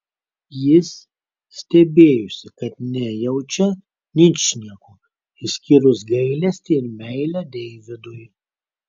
jis stebėjosi kad nejaučia ničnieko išskyrus gailestį ir meilę deividui